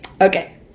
okay